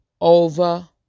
over